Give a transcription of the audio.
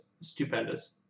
stupendous